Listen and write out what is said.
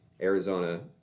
Arizona